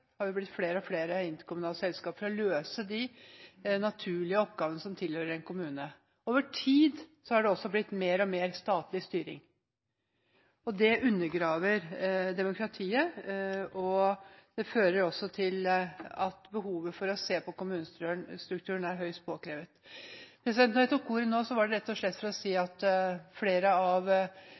har det blitt flere og flere interkommunale selskap for å løse de oppgavene som naturlig tilhører en kommune. Over tid har det også blitt mer og mer statlig styring. Det undergraver demokratiet, og det fører også til at det er behov for å se på kommunestrukturen, det er høyst påkrevet. Da jeg tok ordet nå, var det rett og slett for å si at flere av